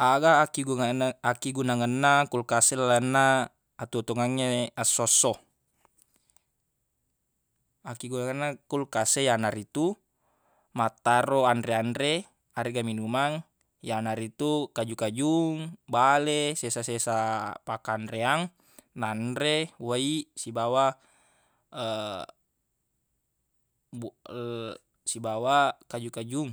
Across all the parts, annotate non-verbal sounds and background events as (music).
Aga akkigunganna akkigunangenna kulkas e lalenna atuwo-tuwongengnge essosso akkigunangenna kulkas e yanaritu mattaro anre-anre aregga minumang yanaritu kaju-kajung bale sesa-sesa pakkanreang nanre wai sibawa (hesitation) sibawa kaju-kajung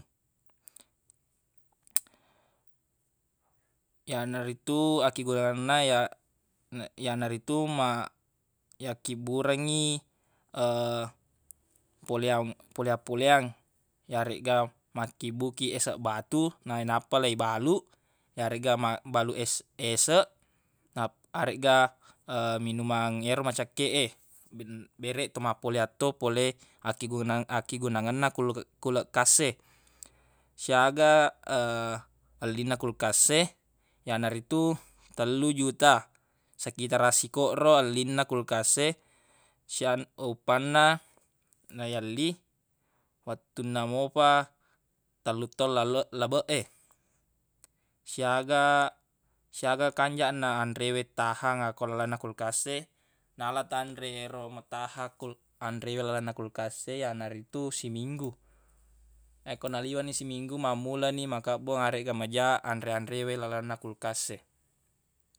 (noise) yanaritu akkigunangenna ya- yanaritu ma- yakkibburengngi (hesitation) poleang-poleang yaregga makkibbuq kiq eseq batu nainappa leibaluq yaregga malluq eseq nap- aregga (hesitation) minumang yero macekkeq e bi- bereq to mappoleang to pole akkiguna- akkigunangenna (hesitation) kulekas e siaga (hesitation) ellinna kulkas e yanaritu (noise) tellu juta siketaraq koro ellinna kulkas e sia- uppanna nayelli wettunna mofa tellu taung labeq e siaga- siaga kanjaq na anre we tahang akko lalenna kulkas e nala tanre ero metahang kul- anrewe lalenna kulkas e yanaritu siminggu yakko naliwenni siminggu mammula ni makebbong aregga maja anre-anre we lalenna kulkas e.